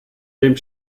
dem